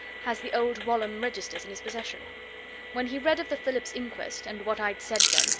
has the old walholm registers in his possession when he read of the phillips inquest, and what i'd said then,